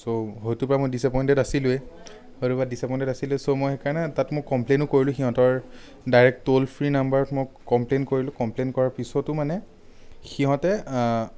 চ' হয়তোবা মই ডিচএপইন্টেদ আছিলোৱেই হয়তোবা ডিচএপইন্টেদ আছিলোৱেই চ' মই সেইকাৰণে তাত মোৰ কমপ্লেইনো কৰিলো সিহঁতৰ ডাইৰেক্ট ট'ল ফ্ৰী নাম্বাৰত মই কমপ্লেইন কৰিলো কমপ্লেইন কৰাৰ পিছতো মানে সিহঁতে